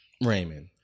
Raymond